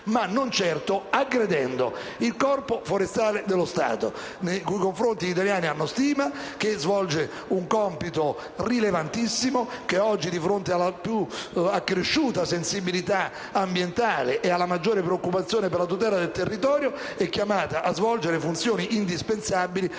ma non certo aggredendo il Corpo forestale dello Stato, nei confronti del quale gli italiani hanno stima, il quale svolge un compito rilevantissimo e oggi, di fronte all'accresciuta sensibilità ambientale e alla maggiore preoccupazione per la tutela del territorio, è chiamato a esercitare funzioni indispensabili.